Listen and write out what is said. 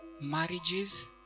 marriages